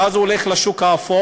ואז הוא הולך לשוק האפור,